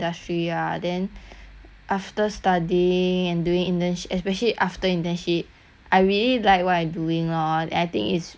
after studying and doing internsh~ especially after internship I really liked what I doing lor I think it's what I want to do lah and